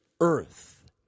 earth